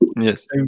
Yes